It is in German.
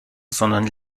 sondern